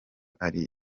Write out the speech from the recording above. ari